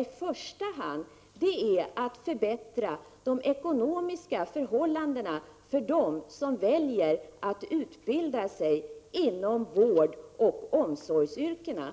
I första hand måste man förbättra de ekonomiska förhållandena för dem som väljer att utbilda sig inom vårdoch omsorgsyrkena.